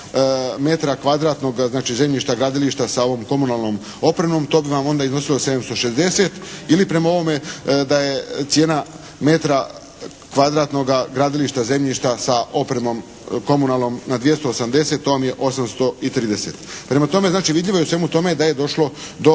metra kvadratnog, znači zemljišta, gradilišta sa ovom komunalnom opremom. To bi vam onda iznosilo 760 ili prema ovome da je cijena metra kvadratnoga gradilišta, zemljišta sa opremom komunalnom na 280. To vam je 830. Prema tome, znači vidljivo je u svemu tome da je došlo do